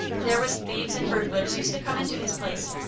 there was thieves and burglars used to come into his place.